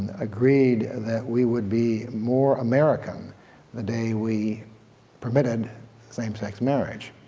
agreeed that we would be more american the day we permitted same-sex marriage.